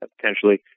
potentially